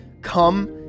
Come